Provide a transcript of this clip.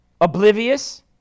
oblivious